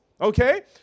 okay